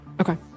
Okay